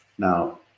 Now